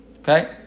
Okay